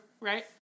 right